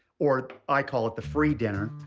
or i call it the free dinner.